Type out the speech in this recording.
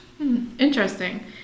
Interesting